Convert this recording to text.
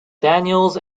daniels